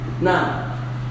Now